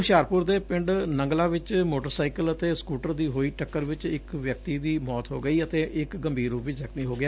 ਹੁਸ਼ਿਆਰਪੁਰ ਦੇ ਪਿੰਡ ਸੰਗਾਨਾ ਵਿਚ ਮੋਟਰਸਾਈਕਲ ਅਤੇ ਸਕੁਟਰ ਦੀ ਹੋਈ ਟੱਕਰ ਵਿਚ ਇਕ ਵਿਅਕਤੀ ਦੀ ਮੌਤ ਹੋ ਗਈ ਅਤੇ ਇਕ ਗੰਭੀਰ ਰੁਪ 'ਚ ਜਖਮੀ ਹੋ ਗਿਆ